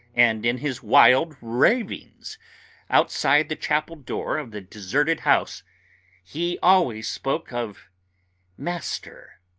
and in his wild ravings outside the chapel door of the deserted house he always spoke of master.